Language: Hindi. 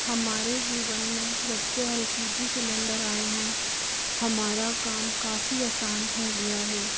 हमारे जीवन में जब से एल पी जी सिलेंडर आए हैं हमारा काम काफी असान हो गया है